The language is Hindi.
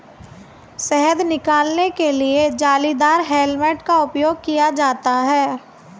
शहद निकालने के लिए जालीदार हेलमेट का उपयोग किया जाता है